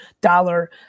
dollar